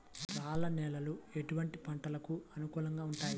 రాళ్ల నేలలు ఎటువంటి పంటలకు అనుకూలంగా ఉంటాయి?